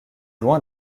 loin